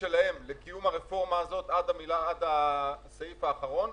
שלהם לקיום הרפורמה הזאת עד הסעיף האחרון,